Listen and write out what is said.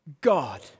God